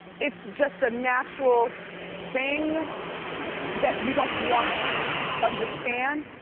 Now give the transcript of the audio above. it's just a natural thing that you don't want to understand,